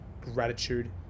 gratitude